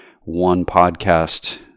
one-podcast